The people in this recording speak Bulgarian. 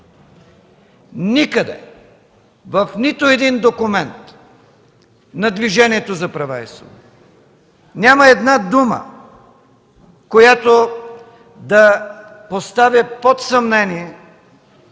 Никъде, в нито един документ на Движението за права и свободи няма една дума, която да поставя под съмнение